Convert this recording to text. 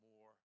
more